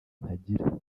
ntagira